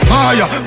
Fire